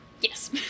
Yes